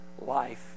life